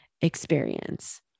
experience